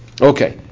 Okay